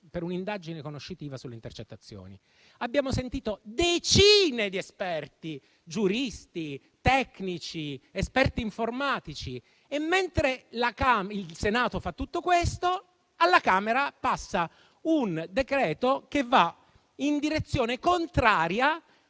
di un'indagine conoscitiva sulle intercettazioni; abbiamo sentito decine di esperti, giuristi, tecnici, esperti informatici. Mentre il Senato fa tutto questo, alla Camera passa un decreto-legge che va in direzione contraria